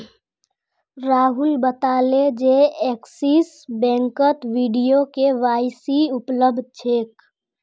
राहुल बताले जे एक्सिस बैंकत वीडियो के.वाई.सी उपलब्ध छेक